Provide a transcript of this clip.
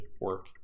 work